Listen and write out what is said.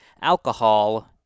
alcohol